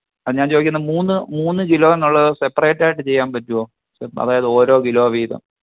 അത് ഞാന് ചോദിക്കുന്നത് മൂന്ന് മൂന്ന് കിലോന്നുള്ളത് സെപ്രേയ്റ്റായിട്ട് ചെയ്യാൻ പറ്റുമോ സെപ് അതായത് ഓരോ കിലോ വീതം